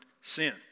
sin